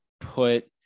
put